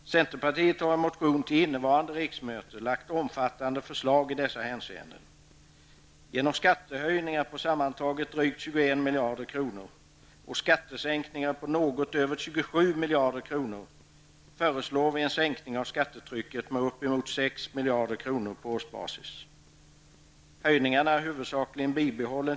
Centerpartiet har i en motion till innevarande riksmöte lagt fram omfattande förslag i dessa hänseenden. Genom skattehöjningar på sammanlagt drygt 21 miljarder kronor och skattesänkningar på något över 27 miljarder kronor föreslår vi en sänkning av skattetrycket med uppemot 6 miljarder kronor på årsbasis.